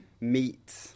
meet